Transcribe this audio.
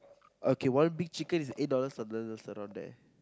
okay one big chicken is eight dollars ten dollars around there